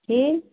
କି